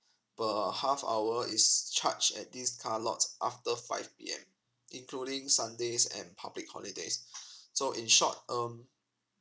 per half hour is charged at this car lots after five P_M including sundays and public holidays so in short um